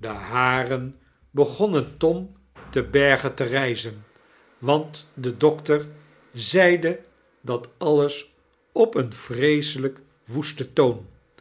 de haren begonnen tom te berge te rijzen want de dokter zeide dat alles op een vreeselijk woesten toon